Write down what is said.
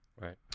Right